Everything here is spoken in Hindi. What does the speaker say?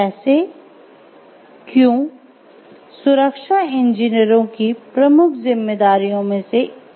कैसे क्यों सुरक्षा इंजीनियरों की प्रमुख जिम्मेदारियों में से एक बन गई है